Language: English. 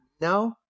No